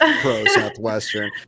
pro-Southwestern